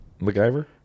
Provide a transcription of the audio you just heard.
MacGyver